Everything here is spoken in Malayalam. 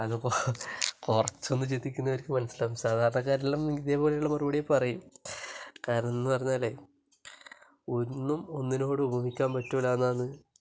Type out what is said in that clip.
അതിപ്പോൾ കുറച്ചൊന്നു ചിന്തിക്കുന്നവർക്ക് മനസ്സിലാകും സാധാരണക്കാരെല്ലാം ഇതേ പോലെയുള്ള മറുപടിയേ പറയൂ കാരണം എന്ന് പറഞ്ഞാലേ ഒന്നും ഒന്നിനോട് ഉപമിക്കാൻ പറ്റില്ല എന്നാണ്